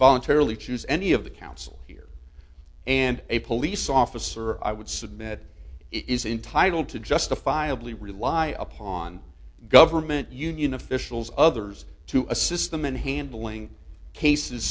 voluntarily choose any of the counsel here and a police officer i would submit is entitled to justifiably rely upon government union officials others to assist them in handling cases